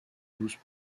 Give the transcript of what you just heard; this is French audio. douze